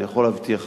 אני יכול להבטיח לכם.